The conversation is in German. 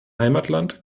heimatland